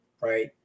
right